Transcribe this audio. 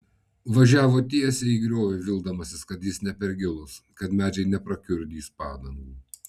važiavo tiesiai į griovį vildamasis kad jis ne per gilus kad medžiai neprakiurdys padangų